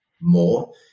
more